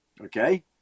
Okay